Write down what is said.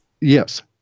Yes